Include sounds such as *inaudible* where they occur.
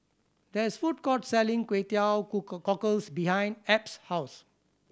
there is a food court selling Kway Teow *unintelligible* cockles behind Ebb's house